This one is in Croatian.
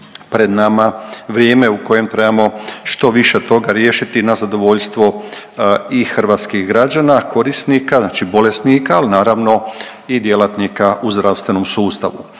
pred nama vrijeme u kojem trebamo što više toga riješiti na zadovoljstvo i hrvatskih građana, korisnika, znači bolesnika, al naravno i djelatnika u zdravstvenom sustavu.